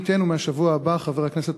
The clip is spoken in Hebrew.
מי ייתן ומהשבוע הבא חבר הכנסת